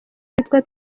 witwa